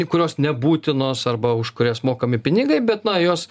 kurios nebūtinos arba už kurias mokami pinigai bet na jos